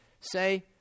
say